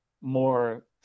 more